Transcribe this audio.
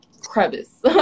crevice